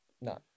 No